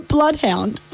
Bloodhound